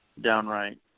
downright